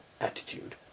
attitude